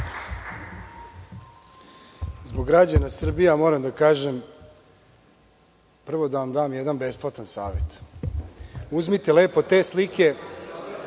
Zbog građana Srbije ja moram da kažem, prvo da vam dam jedan besplatan savet, uzmite lepo te slike,